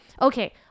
okay